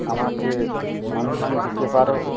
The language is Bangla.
আমাকে সন্ধান দিতে পারো